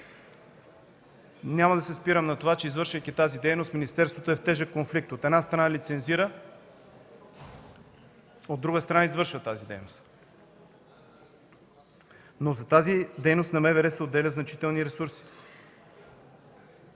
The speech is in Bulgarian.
Няма да се спирам върху това, че извършвайки тази дейност, министерството е в тежък конфликт: от една страна, лицензира, от друга страна, извършва тази дейност, но за тази дейност на МВР се отделят значителни ресурси.